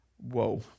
Whoa